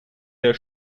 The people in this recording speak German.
der